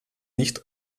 nicht